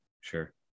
Sure